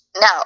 No